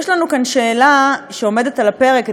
יש לנו כאן שאלה שעומדת על הפרק.